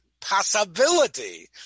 Possibility